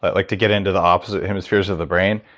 like to get into the opposite hemispheres of the brain.